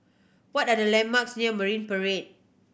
what are the landmarks near Marine Parade